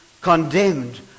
condemned